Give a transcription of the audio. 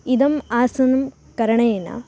इदम् आसनं करणेन